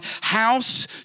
house